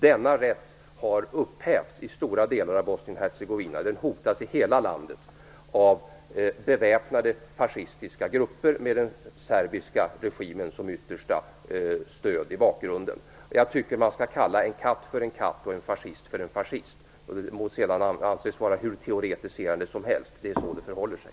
Denna rätt har upphävts i stora delar av Bosnien-Hercegovina, och den hotas i hela landet av beväpnade fascistiska grupper med den serbiska regimen som yttersta stöd i bakgrunden. Jag tycker att man skall kalla en katt för en katt och en fascist för en fascist. Det må sedan anses vara hur teoretiserande som helst, men det är så det förhåller sig.